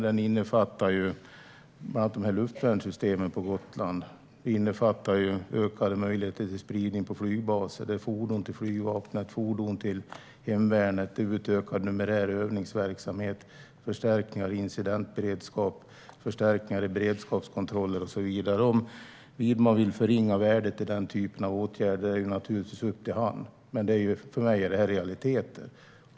Den innefattar bland annat luftvärnssystem på Gotland och ökade möjligheter till spridning på flygbaser liksom fordon till flygvapnet och hemvärnet, utökad numerär i övningsverksamhet, förstärkningar i incidentberedskapen och i beredskapskontrollen och så vidare. Om Widman vill förringa värdet i den typen av åtgärder är det naturligtvis upp till honom, men för mig är det här realiteter.